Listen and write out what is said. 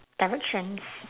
directions